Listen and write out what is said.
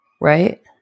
Right